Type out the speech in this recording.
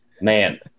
man